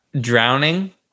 Drowning